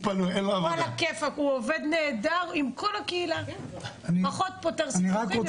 הוא עובד נהדר עם כל הקהילה, פחות פותר סכסוכים.